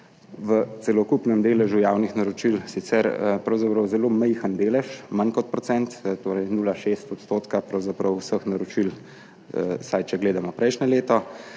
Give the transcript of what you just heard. v celokupnem deležu javnih naročil sicer pravzaprav zelo majhen delež, manj kot procent, torej 0,6 % pravzaprav vseh naročil, če gledamo prejšnje leto,